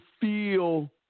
feel